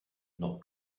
not